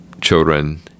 children